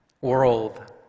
world